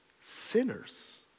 sinners